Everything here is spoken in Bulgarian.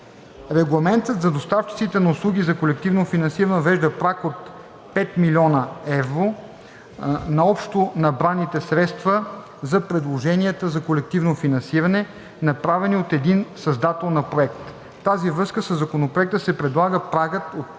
Регламентът за доставчиците на услуги за колективно финансиране въвежда праг от 5 000 000 евро на общо набраните средства за предложенията за колективно финансиране, направени от един създател на проект. В тази връзка със Законопроекта се предлага прагът от